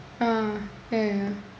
ah ya ya